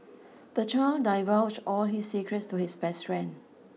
the child divulge all his secrets to his best friend